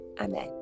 Amen